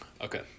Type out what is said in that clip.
Okay